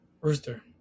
Rooster